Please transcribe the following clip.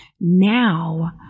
Now